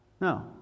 No